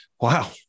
wow